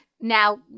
now